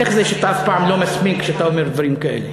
איך זה שאתה אף פעם לא מסמיק כשאתה אומר דברים כאלה?